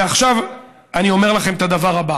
ועכשיו אני אומר לכם את הדבר הבא: